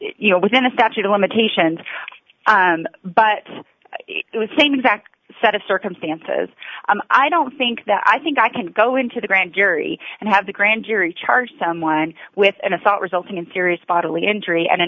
you know within a statute of limitations but with same exact set of circumstances i don't think that i think i can go into the grand jury and have the grand jury charge someone with an assault resulting in serious bodily injury and